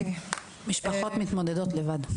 המשפחות מתמודדות לבד.